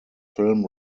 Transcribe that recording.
film